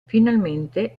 finalmente